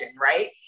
right